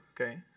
Okay